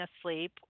asleep